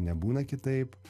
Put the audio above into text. nebūna kitaip